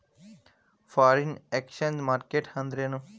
Foreign exchange market ಅಂದ್ರೇನು?